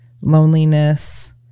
loneliness